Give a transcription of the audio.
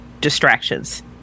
distractions